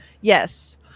Yes